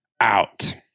out